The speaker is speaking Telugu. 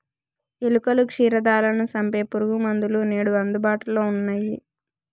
ఎలుకలు, క్షీరదాలను సంపె పురుగుమందులు నేడు అందుబాటులో ఉన్నయ్యి